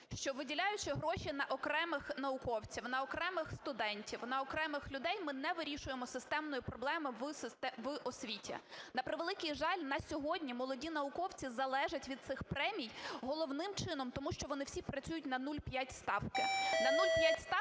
що, виділяючи гроші на окремих науковців, на окремих студентів, на окремих людей, ми не вирішуємо системної проблеми в освіті. На превеликий жаль, у нас сьогодні молоді науковці залежать від цих премій головним чином, тому що вони всі працюють на 0,5 ставки.